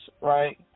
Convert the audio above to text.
right